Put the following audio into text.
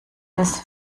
des